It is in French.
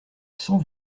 sans